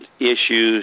issues